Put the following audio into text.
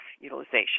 utilization